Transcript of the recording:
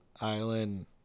island